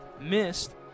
missed